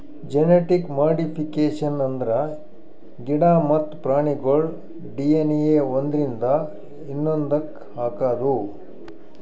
genetic modification ಅಂದ್ರ ಗಿಡ ಮತ್ತ್ ಪ್ರಾಣಿಗೋಳ್ ಡಿ.ಎನ್.ಎ ಒಂದ್ರಿಂದ ಇನ್ನೊಂದಕ್ಕ್ ಹಾಕದು